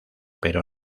pero